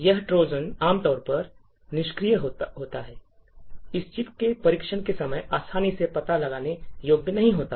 यह ट्रोजन आमतौर पर निष्क्रिय होगा और इस चिप के परीक्षण के समय आसानी से पता लगाने योग्य नहीं होगा